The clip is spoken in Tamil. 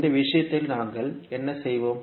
இந்த விஷயத்தில் நாங்கள் என்ன செய்வோம்